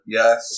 Yes